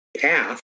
path